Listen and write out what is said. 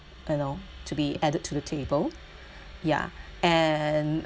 you know to be added to the table ya and